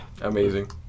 Amazing